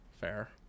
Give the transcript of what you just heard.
Fair